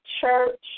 church